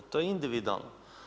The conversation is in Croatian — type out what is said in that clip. To je individualno.